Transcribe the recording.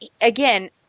again